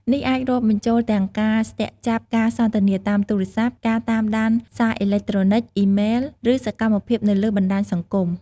នេះអាចរាប់បញ្ចូលទាំងការស្ទាក់ចាប់ការសន្ទនាតាមទូរស័ព្ទ ការតាមដានសារអេឡិចត្រូនិច អ៊ីម៉ែល ឬសកម្មភាពនៅលើបណ្តាញសង្គម។